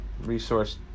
resource